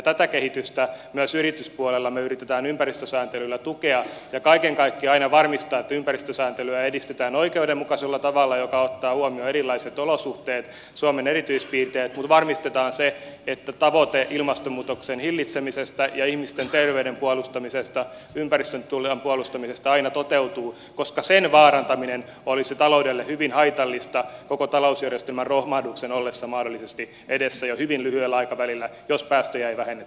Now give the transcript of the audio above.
tätä kehitystä me yritämme myös yrityspuolella ympäristösääntelyllä tukea ja kaiken kaikkiaan yritämme aina varmistaa että ympäristösääntelyä edistetään oikeudenmukaisella tavalla joka ottaa huomioon erilaiset olosuhteet suomen erityispiirteet mutta varmistamme sen että ilmastonmuutoksen hillitsemisen ja ihmisten terveyden puolustamisen tavoite ympäristön tilan puolustamisen tavoite aina toteutuu koska sen vaarantaminen olisi taloudelle hyvin haitallista koko talousjärjestelmän romahduksen ollessa mahdollisesti edessä jo hyvin lyhyellä aikavälillä jos päästöjä ei vähennetä